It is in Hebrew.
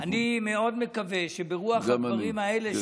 אני מאוד מקווה שברוח הדברים האלה, גם אני.